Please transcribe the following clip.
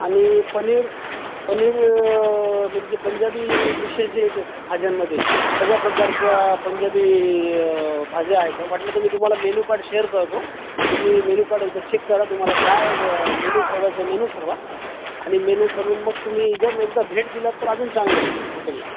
आणि पनीर पनीर म्हणजे जे पंजाबी डिशेस जे येतात भाज्यांमध्ये सगळ्या प्रकारच्या पंजाबी भाज्या आहेत तर वाटलं तर मी तुम्हाला मेनूकार्ड शेअर करतो तुम्ही मेनूकार्ड एकदा चेक करा तुम्हाला काय मेनू ठरवायचा आहे मेनू ठरवा आणि मेनू ठरून मग तुम्ही इ जर एकदा भेट दिला तर अजून चांगलं होईल हॉटेलला